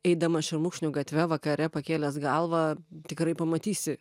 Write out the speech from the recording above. eidamas šermukšnių gatve vakare pakėlęs galvą tikrai pamatysi